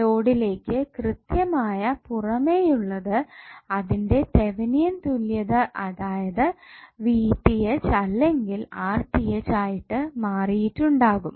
ലോഡിലേക്ക് കൃത്യമായ പുറമേയുള്ളത് അതിന്റെ തെവെനിൻ തുല്യത അതായത് അല്ലെങ്കിൽ ആയിട്ട് മാറിയിട്ടുണ്ടാകും